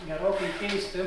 gerokai keisti